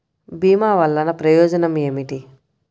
భీమ వల్లన ప్రయోజనం ఏమిటి?